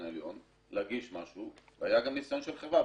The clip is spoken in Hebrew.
העליון להגיש משהו והיה גם ניסיון של חברה,